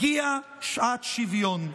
הגיעה שעת שוויון.